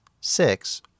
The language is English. six